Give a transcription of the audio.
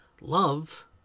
Love